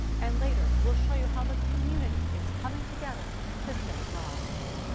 and later we'll show you how the community is coming together to save lives.